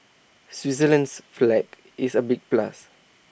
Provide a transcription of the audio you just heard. Switzerland's flag is A big plus